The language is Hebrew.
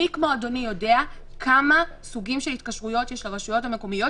מי כמו אדוני יודע כמה סוגים של התקשרויות יש לרשויות המקומיות,